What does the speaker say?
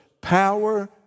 power